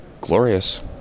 glorious